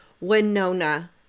winona